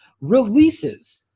releases